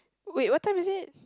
wait what time is it